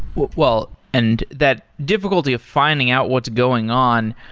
well, and that difficulty of finding out what's going on.